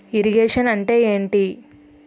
Irrigation అంటే ఏంటీ?